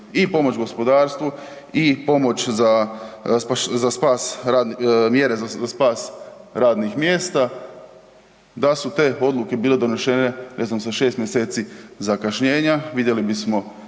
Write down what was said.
i pomoć gospodarstvu i pomoć za spas, mjere za spas radnih mjesta da su te odluke bile donešene ne znam sa 6 mjeseci zakašnjenja vidjeli bismo